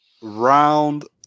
Round